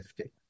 Okay